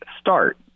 start